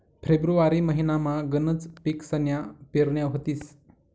February महिनामा गनच पिकसन्या पेरण्या व्हतीस